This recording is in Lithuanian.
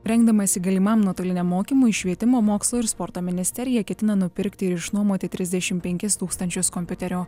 rengdamasi galimam nuotoliniam mokymui švietimo mokslo ir sporto ministerija ketina nupirkti ir išnuomoti trisdešim penkis tūkstančius kompiuterių